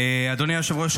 אדוני היושב-ראש,